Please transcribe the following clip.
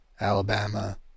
Alabama